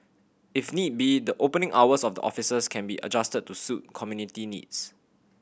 if need be the opening hours of the offices can be adjusted to suit community needs